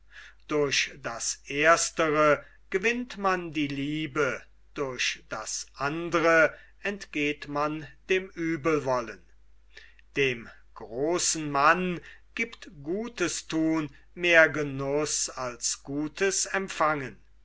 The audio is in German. durch das erstere gewinnt man die liebe durch das andre entgeht man dem uebelwollen dem großen mann giebt gutes thun mehr genuß als gutes empfangen